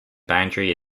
boundary